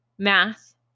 math